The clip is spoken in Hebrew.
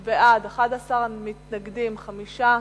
בעד, 11, מתנגדים, 5,